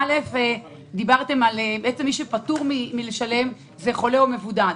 אמרתם שמי שפטור מתשלום זה חולה או מבודד.